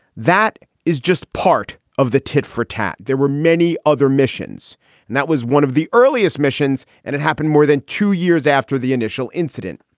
that is just part of the tit for tat. there were many other missions and that was one of the earliest missions. and it happened more than two years after the initial incident.